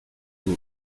tube